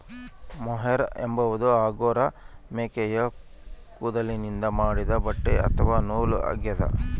mohair ಎಂಬುದು angora ಮೇಕೆಯ ಕೂದಲಿನಿಂದ ಮಾಡಿದ ಬಟ್ಟೆ ಅಥವಾ ನೂಲು ಆಗ್ಯದ